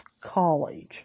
College